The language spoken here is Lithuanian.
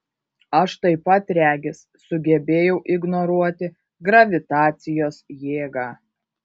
aš taip pat regis sugebėjau ignoruoti gravitacijos jėgą